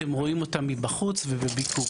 אתם רואים אותה מבחוץ ובביקורים,